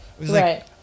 Right